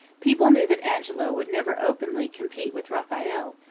people knew that angelo would never openly compete with raphael,